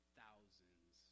thousands